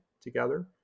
together